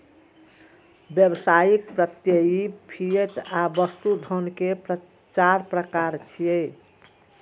व्यावसायिक, प्रत्ययी, फिएट आ वस्तु धन के चार प्रकार छियै